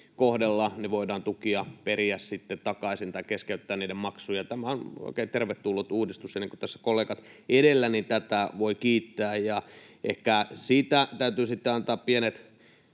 kohdella, voidaan tukia periä takaisin tai keskeyttää niiden maksu. Tämä on oikein tervetullut uudistus, ja niin kuin tässä kollegat edellä, tätä voi kiittää. Ehkä siitä täytyy sitten antaa pienet